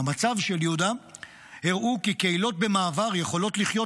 מאמציו של יהודה הראו כי קהילות במעבר יכולות לחיות